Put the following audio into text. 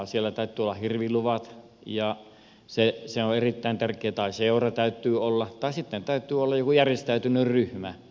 siellä täytyy olla hirviluvat se on erittäin tärkeää tai seura täytyy olla tai sitten täytyy olla joku järjestäytynyt ryhmä